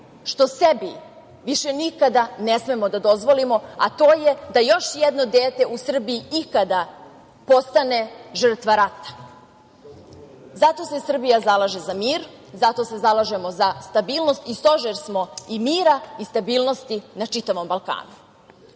što sebi više nikada ne smemo da dozvolimo, a to je da još jedno dete u Srbiji ikada postane žrtva rata. Zato se Srbija zalaže za mir, zato se zalažemo za stabilnost i stožer smo mira i stabilnosti na čitavom